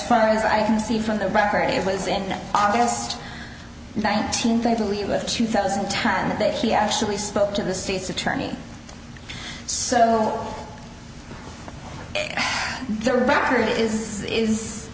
far as i can see from the record it was in august nineteenth i believe with two thousand times that he actually spoke to the state's attorney so all the record is is